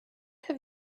have